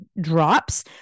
drops